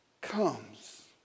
comes